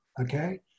okay